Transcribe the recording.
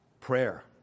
Prayer